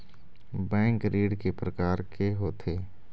Bank ऋण के प्रकार के होथे?